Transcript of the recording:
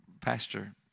Pastor